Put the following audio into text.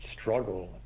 struggle